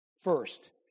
First